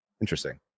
Interesting